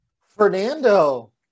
fernando